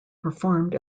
performed